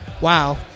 wow